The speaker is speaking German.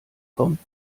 kommt